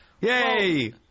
Yay